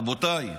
רבותיי,